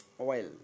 Oil